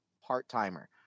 part-timer